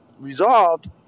resolved